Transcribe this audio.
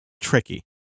tricky